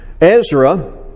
Ezra